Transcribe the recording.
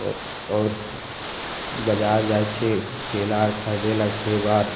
औ आओर बाजार जाइ छियै केला आर खरिदय लए सेब आर